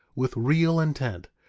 with real intent,